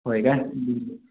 होय काय